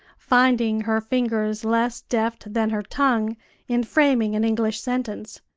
finding her fingers less deft than her tongue in framing an english sentence.